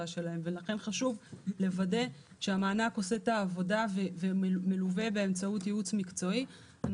שלהם ולכן חשוב לוודא שהמענק עושה את העבודה ומלווה באמצעות ייעוץ מקצועי.